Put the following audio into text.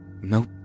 Nope